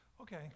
Okay